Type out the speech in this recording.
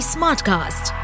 Smartcast